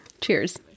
Cheers